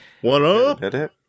One-up